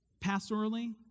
pastorally